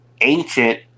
ancient